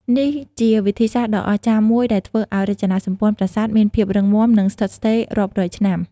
នេះជាវិធីសាស្ត្រដ៏អស្ចារ្យមួយដែលធ្វើឱ្យរចនាសម្ព័ន្ធប្រាសាទមានភាពរឹងមាំ និងស្ថិតស្ថេររាប់រយឆ្នាំ។